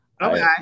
Okay